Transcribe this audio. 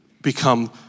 become